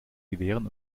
gewehren